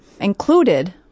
included